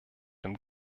dem